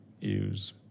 use